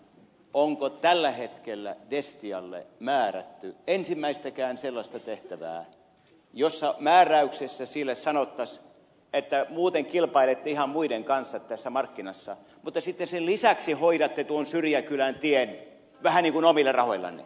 onko tällä hetkellä destialle määrätty ensimmäistäkään sellaista tehtävää jossa määräyksessä sille sanottaisiin että muuten kilpailette ihan muiden kanssa tässä markkinassa mutta sitten sen lisäksi hoidatte tuon syrjäkylän tien vähän niin kuin omilla rahoillanne